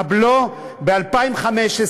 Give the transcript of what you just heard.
הבלו ב-2015,